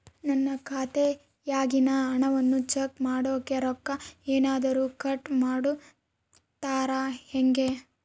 ನನ್ನ ಖಾತೆಯಾಗಿನ ಹಣವನ್ನು ಚೆಕ್ ಮಾಡೋಕೆ ರೊಕ್ಕ ಏನಾದರೂ ಕಟ್ ಮಾಡುತ್ತೇರಾ ಹೆಂಗೆ?